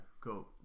Go